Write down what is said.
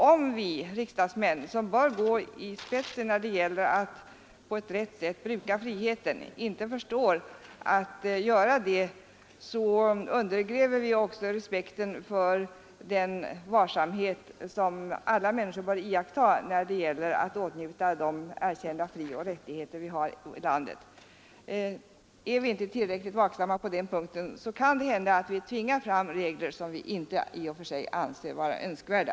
Om vi riksdagsmän, som bör gå i spetsen när det gäller att på rätt sätt bruka friheten, inte förstår att göra det, undergräver vi därigenom respekten för den varsamhet som alla människor bör iaktta då det gäller att utnyttja de erkända frioch rättigheter vi har i landet. Är vi inte tillräckligt vaksamma på den punkten, kan det hända att vi tvingar fram regler som vi i och för sig inte anser önskvärda.